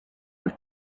were